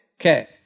Okay